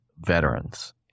veterans